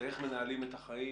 זה איך מנהלים את החיים,